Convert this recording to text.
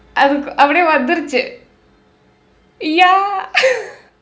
அது அப்படியே வந்துருச்சு:athu appadiye vandthuruchsu ya